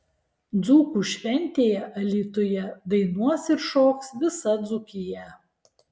dzūkų šventėje alytuje dainuos ir šoks visa dzūkija